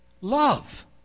Love